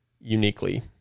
uniquely